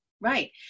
Right